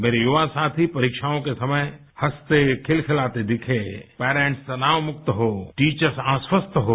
मेरे युवा साथी परीक्षाओं के समय हसते खिलखिलाते दिखें पेरेंट्स तनाव मुक्त हो टीचर्स आश्वस्त हों